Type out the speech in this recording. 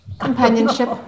Companionship